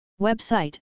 Website